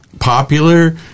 Popular